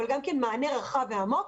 אבל גם כן מענה רחב ועמוק.